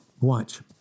watch